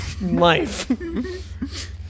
life